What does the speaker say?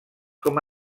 com